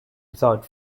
without